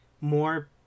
more